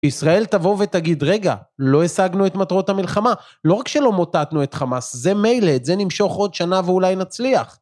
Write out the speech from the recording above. ישראל, תבוא ותגיד: רגע, לא השגנו את מטרות המלחמה, לא רק שלא מוטטנו את חמאס, זה מילא, את זה נמשוך עוד שנה ואולי נצליח...